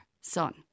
son